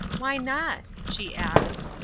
why not? she asked.